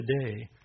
today